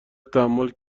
تحمل